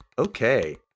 Okay